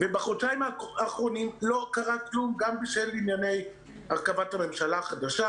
בחודשיים האחרונים לא קרה כלום גם בשל ענייני הרכבת הממשלה החדשה,